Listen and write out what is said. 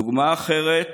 דוגמה אחרת: